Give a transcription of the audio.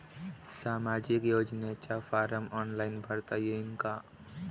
सामाजिक योजनेचा form online भरता येईन का?